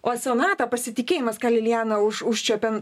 o sonata pasitikėjimas ką lilijana už užčiuopė